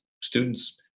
students